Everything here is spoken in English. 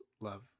love